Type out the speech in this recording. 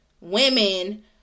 Women